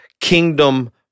kingdom